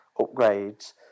upgrades